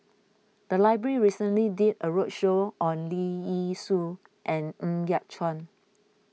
the library recently did a roadshow on Leong Yee Soo and Ng Yat Chuan